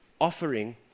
offering